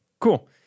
Cool